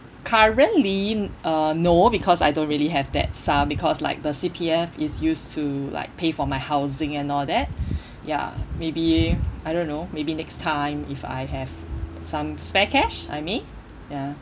currently uh no because I don't really have that sum because like the C_P_F is used to like pay for my housing and all that ya maybe I don't know maybe next time if I have some spare cash I may ya